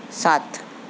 سات